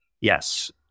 Yes